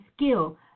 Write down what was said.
skill